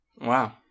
Wow